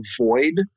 avoid